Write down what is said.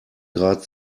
grad